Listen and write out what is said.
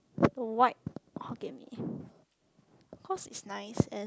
white Hokkien-Mee cause it's nice and